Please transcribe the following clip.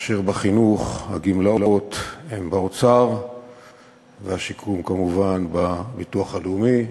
כאשר בחינוך הגמלאות הן באוצר והשיקום כמובן בביטוח הלאומי.